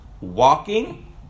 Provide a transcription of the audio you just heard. walking